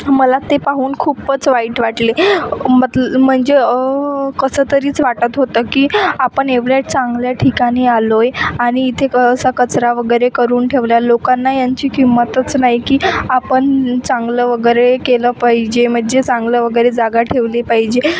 मला ते पाहून खूपच वाईट वाटले मतल म्हणजे कसं तरीच वाटत होतं की आपण एवढे चांगल्या ठिकाणी आलो आहे आणि इथे कसा कचरा वगैरे करून ठेवला आहे लोकांना यांची किंमतच नाही की आपण चांगलं वगैरे केलं पाहिजे म्हणजे चांगलं वगैरे जागा ठेवली पाहिजे